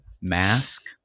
mask